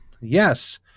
Yes